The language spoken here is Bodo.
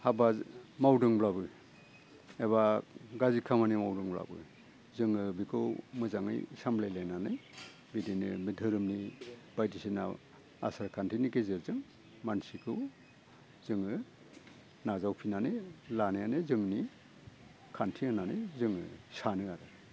हाबा मावदोंब्लाबो एबा गाज्रि खामानि मावदोंब्लाबो जोङो बिखौ मोजाङै सामलायलायनानै बिदिनो बे दोहोरोमनि बायदिसिना आसार खान्थिनि गेजेरजों मानसिखौ जोङो नाजावफिन्नानै लानायानो जोंनि खान्थि होन्नानै जोङो सानो आरो